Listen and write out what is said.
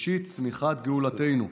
ראשית צמיחת גאולתנו.